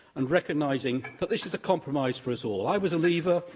and recognising that this is a compromise for us all. i was a leaver,